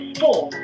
four